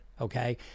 Okay